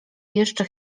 jeszcze